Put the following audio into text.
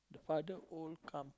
father old come